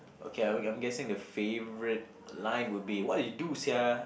okay I'm I'm guessing the favourite line will be what you do sia